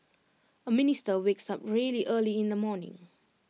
A minister wakes up really early in the morning